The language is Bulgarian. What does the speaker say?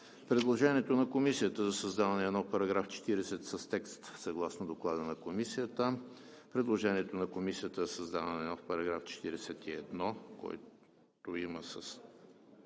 предложението на Комисията за създаване на нов § 40 с текст съгласно Доклада на Комисията; предложението на Комисията за създаване на нов § 41, който има текст